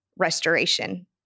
Restoration